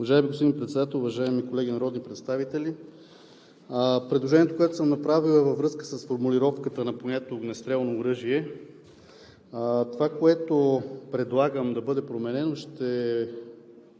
Уважаеми господин Председател, уважаеми колеги народни представители! Предложението, което съм направил във връзка с формулировката на понятието „огнестрелно оръжие“ – това, което предлагам да бъде променено, ще